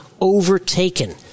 overtaken